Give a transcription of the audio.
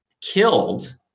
killed